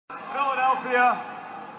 Philadelphia